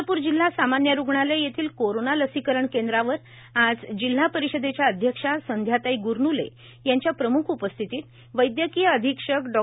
चंद्रपूर जिल्हा सामान्य रुग्णालय येथील कोरोना लसीकरण केंद्रावर आज जिल्हा परिषदेच्या अध्यक्षा संध्याताई ग्रनूले यांच्या प्रम्ख उपस्थितीत वैदयकीय अधिक्षक डॉ